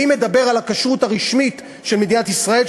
אני מדבר על הכשרות הרשמית של מדינת ישראל,